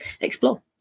explore